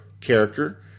character